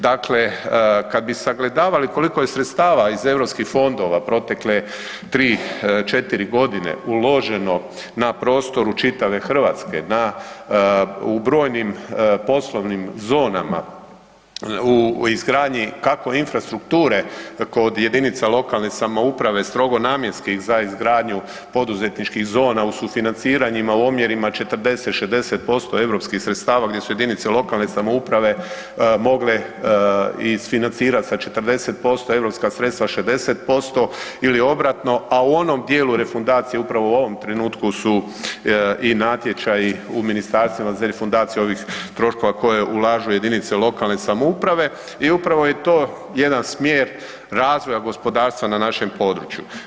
Dakle, kad bi sagledavali koliko je sredstava iz EU fondova protekle 3, 4 godine uloženo na prostoru čitave Hrvatske, na, u brojnim poslovnim zonama, u izgradnji kako infrastrukture kod jedinica lokalne samouprave, strogo namjenskih za izgradnju poduzetničkih zona, u sufinanciranjima, omjerima 40-60% EU sredstava gdje su jedinice lokalne samouprave mogle isfinancirati sa 40%, europska sredstva 60% ili obratno, a u onom dijelu refundacije, upravo u ovom trenutku su i natječaji u ministarstvima za refundaciju ovih troškova koje ulažu jedinice lokalne samouprave i upravo je to jedan smjer razvoja gospodarstva na našem području.